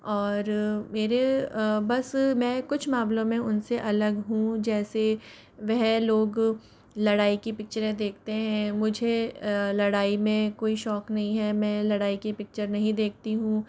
और मेरे बस मैं कुछ मामलों में उन से अलग हूँ जैसे वह लोग लड़ाई की पिक्चरें देखते हैं मुझे लड़ाई में कोई शौक़ नहीं है मैं लड़ाई की पिक्चर नहीं देखती हूँ